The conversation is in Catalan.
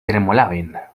tremolaven